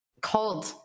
cold